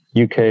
UK